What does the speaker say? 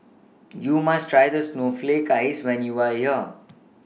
YOU must Try The Snowflake Ice when YOU Are here